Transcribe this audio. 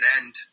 end